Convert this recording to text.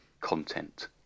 content